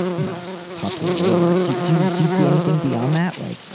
you know, talk to a lawyer, do you do do you see anything beyond that? like,